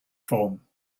form